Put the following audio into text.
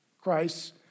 Christ